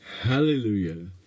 Hallelujah